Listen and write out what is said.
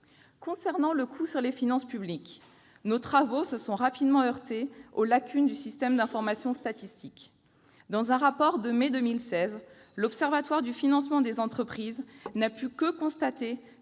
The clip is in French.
Concernant le coût de ce texte pour les finances publiques, nos travaux se sont rapidement heurtés aux lacunes du système d'information statistique. Dans un rapport de mai 2016, l'Observatoire du financement des entreprises a dû constater